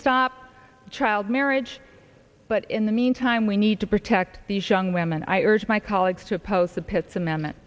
stop child marriage but in the meantime we need to protect these young women i urge my colleagues to oppose the pitts amendment